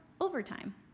overtime